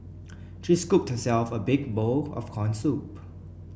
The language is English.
she scooped herself a big bowl of corn soup